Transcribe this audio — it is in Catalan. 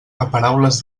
paraules